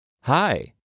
Hi